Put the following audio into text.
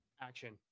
Action